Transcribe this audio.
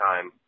time